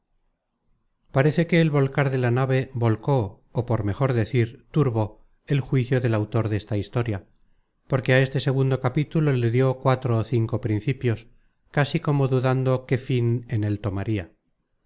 parece que el volcar de la nave volcó ó por mejor decir turbó el juicio del autor desta historia porque á este segundo capítulo le dió cuatro ó cinco principios casi como dudando qué fin en él tomaria